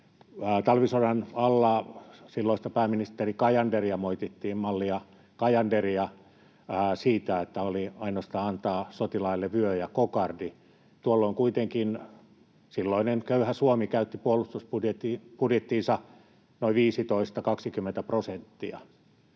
silloista pääministeri Cajanderia, malli Cajanderia, siitä, että oli antaa sotilaille ainoastaan vyö ja kokardi. Tuolloin kuitenkin silloinen köyhä Suomi käytti puolustusbudjettiinsa noin 15—20 prosenttia,